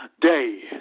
day